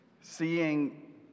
seeing